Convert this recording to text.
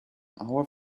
our